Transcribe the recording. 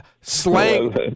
slang